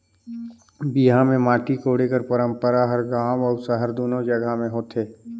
बिहा मे माटी कोड़े कर पंरपरा हर गाँव अउ सहर दूनो जगहा मे होथे